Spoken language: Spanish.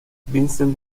vincent